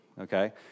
okay